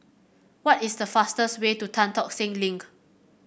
what is the fastest way to Tan Tock Seng Link